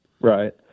Right